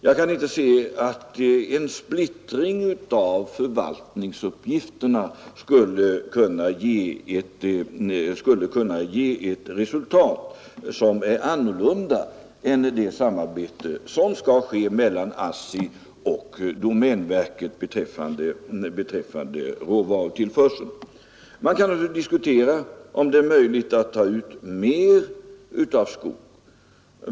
Jag kan inte förstå att en splittring av förvaltningsuppgifterna skulle kunna ge ett bättre resultat än det samarbete som skall ske mellan ASSI och domänverket beträffande råvarutillförseln. Man kan naturligtvis diskutera om det är möjligt att ta ut mer skog.